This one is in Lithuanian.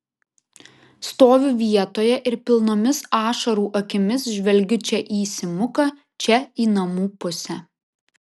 stoviu vietoje ir pilnomis ašarų akimis žvelgiu čia į simuką čia į namų pusę